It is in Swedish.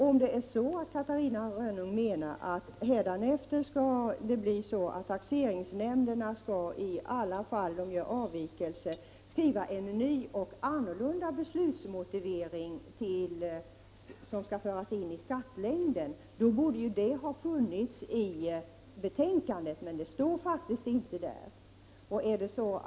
Om Catarina Rönnung menar att taxeringsnämnderna hädanefter vid alla fall av avvikelser skall skriva en ny och annorlunda beslutsmotivering som skall föras in i skattlängden borde en sådan skrivning ha funnits med i betänkandet. Men det står faktiskt ingenting om det.